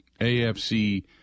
AFC